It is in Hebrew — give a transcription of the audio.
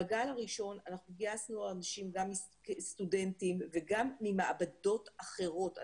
בגל הראשון אנחנו גייסנו סטודנטים וגם ממעבדות אחרות.